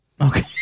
Okay